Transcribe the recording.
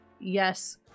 yes